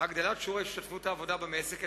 הגדלת שיעור ההשתתפות בעבודה במשק.